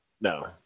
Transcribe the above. No